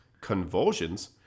convulsions